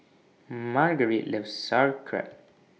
Margarite loves Sauerkraut